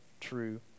true